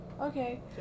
Okay